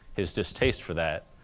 his distaste for that,